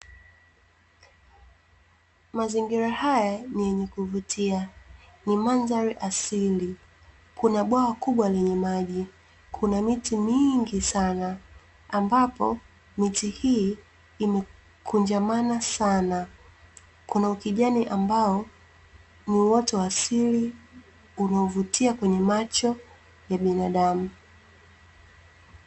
Mazingira haya ni ya kuvutia, ni mandhari asili, kuna bwawa kubwa lenye maji, kuna miti mingi sana ambapo miti hii imekunjamana sana. Kuna ukijani ambao ni uoto wa asili, unavutia kwenye macho ya binadamu.